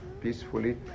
peacefully